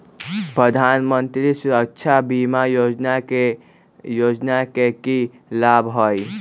प्रधानमंत्री सुरक्षा बीमा योजना के की लाभ हई?